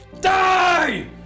die